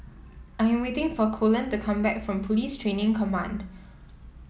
I am waiting for Colleen to come back from Police Training Command